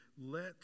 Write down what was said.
let